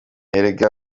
erega